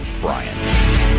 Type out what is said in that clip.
Brian